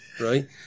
right